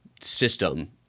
system –